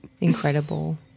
Incredible